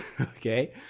Okay